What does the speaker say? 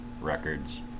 records